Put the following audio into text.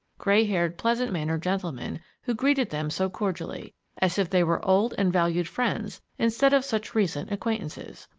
gray-haired, pleasant-mannered gentleman who greeted them so cordially as if they were old and valued friends instead of such recent acquaintances.